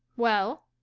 well?